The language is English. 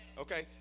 Okay